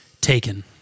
Taken